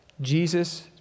Jesus